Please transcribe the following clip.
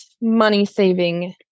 money-saving